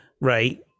right